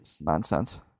nonsense